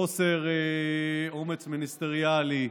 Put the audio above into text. חוסר אומץ מיניסטריאלי,